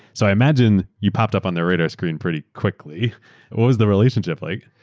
so imagine you popped up on their radar screen pretty quickly. what was the relationship like?